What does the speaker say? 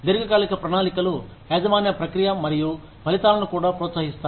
దీర్ఘకాలిక ప్రణాళికలు యాజమాన్య ప్రక్రియ మరియు ఫలితాలను కూడా ప్రోత్సహిస్తాయి